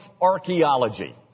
archaeology